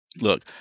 Look